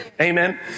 amen